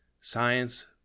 Science